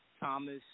Thomas